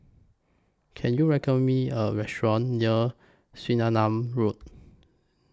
Can YOU recommend Me A Restaurant near Swettenham Road